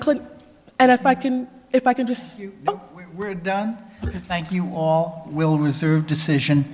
clint and if i can if i can just say we're done thank you all we'll reserve decision